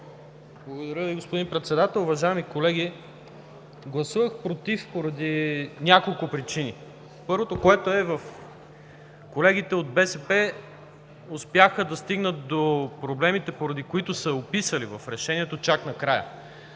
Благодаря Ви, господин Председател. Уважаеми колеги, гласувах „против“ поради няколко причини. Първото, колегите от БСП успяха да стигнат до проблемите, които са описали в решението, чак накрая.